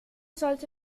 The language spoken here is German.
sollte